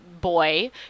boy